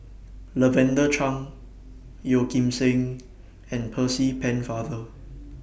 Lavender Chang Yeo Kim Seng and Percy Pennefather